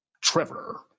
Trevor